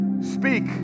Speak